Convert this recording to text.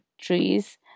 trees